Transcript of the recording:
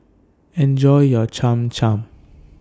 Enjoy your Cham Cham